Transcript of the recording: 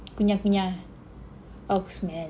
kenyal-kenyal ox man